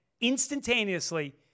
instantaneously